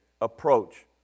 approach